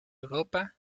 europa